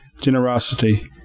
Generosity